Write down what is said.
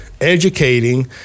educating